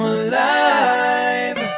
alive